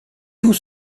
tout